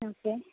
okay